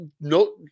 no